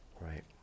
right